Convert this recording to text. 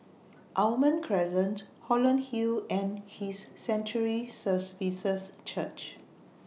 Almond Crescent Holland Hill and His Sanctuary Church